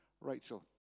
Rachel